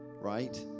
right